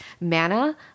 mana